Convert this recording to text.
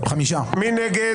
מי נגד?